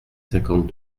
cinquante